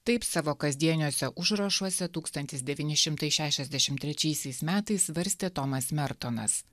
taip savo kasdieniuose užrašuose tūkstantis devyni šimtai šešiasdešimt trečiaisiais metais svarstė tomas mertonas